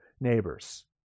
neighbors